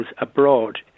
abroad